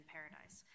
Paradise